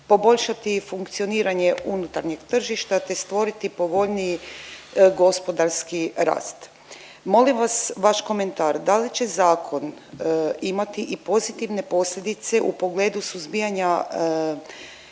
poboljšati funkcioniranje unutarnjeg tržišta, te stvoriti povoljniji gospodarski rast. Molim vas vaš komentar, da li zakon imati i pozitivne posljedice u pogledu suzbijanja